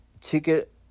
ticket